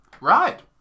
Right